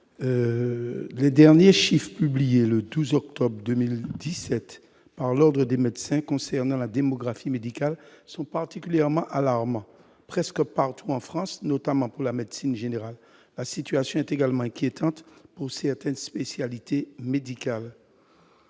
les derniers chiffres publiés le 12 octobre 2017 par l'Ordre des médecins concernant la démographie médicale sont particulièrement alarmants presque partout en France, notamment pour la médecine générale à situation est également inquiétante pour certaines spécialités médicales.